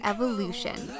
Evolution